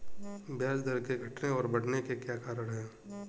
ब्याज दर के घटने और बढ़ने के क्या कारण हैं?